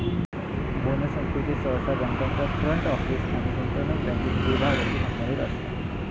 bonus संस्कृती सहसा बँकांच्या फ्रंट ऑफिस किंवा गुंतवणूक बँकिंग विभागांशी संबंधित असता